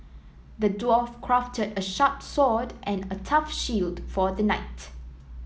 the dwarf crafted a sharp sword and a tough shield for the knight